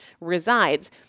resides